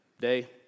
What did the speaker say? day